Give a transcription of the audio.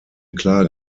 klage